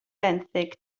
benthyg